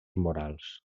morals